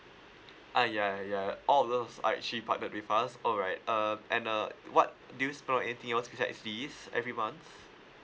uh yeah yeah all of those are actually partnered with us alright uh and uh what do you spend on anything else besides this every month